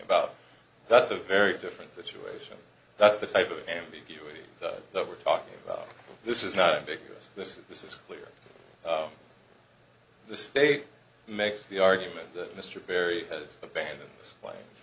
about that's a very different situation that's the type of ambiguity that we're talking about this is not a big this this is clear the state makes the argument that mr berry has abandoned